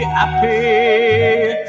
happy